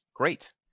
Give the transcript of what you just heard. Great